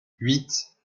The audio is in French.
huit